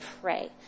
pray